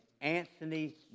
Anthony